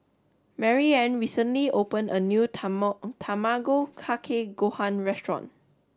Maryanne recently opened a new Tamago Kake Gohan restaurant